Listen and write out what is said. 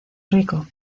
rico